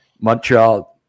Montreal